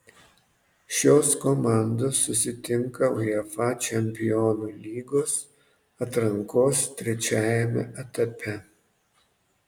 šios komandos susitinka uefa čempionų lygos atrankos trečiajame etape